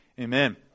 amen